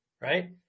right